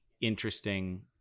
interesting